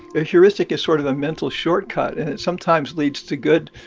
a heuristic is sort of a mental shortcut and it sometimes leads to good,